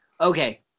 Okay